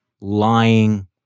lying